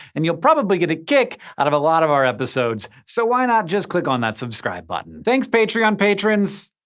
and you'll probably get a kick out of a lot of our episodes, so why not just click on that subscribe button! thanks patreon patrons!